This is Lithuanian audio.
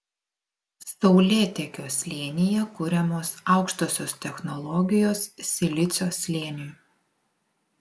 saulėtekio slėnyje kuriamos aukštosios technologijos silicio slėniui